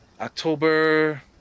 October